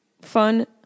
Fun